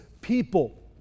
people